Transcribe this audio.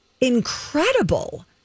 incredible